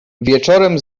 wieczorem